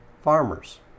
farmers